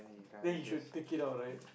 then you should take it out right